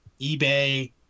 ebay